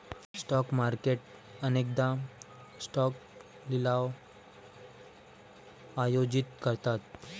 stock market अनेकदा stock लिलाव आयोजित करतात